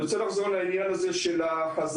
אני רוצה לחזור לעניין הזה של החזרה